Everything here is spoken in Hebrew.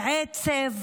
בעצב